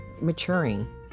maturing